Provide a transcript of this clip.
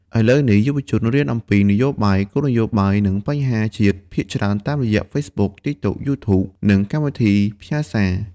ឥឡូវនេះ យុវជនរៀនអំពីនយោបាយ គោលនយោបាយ និងបញ្ហាជាតិភាគច្រើនតាមរយៈ Facebook, TikTok, YouTube និងកម្មវិធីផ្ញើសារ។